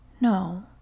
No